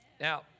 Now